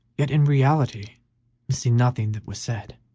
yet in reality missing nothing that was said.